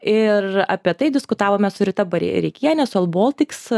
ir apie tai diskutavome su rita bar reikiene sol baltics